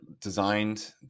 designed